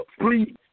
please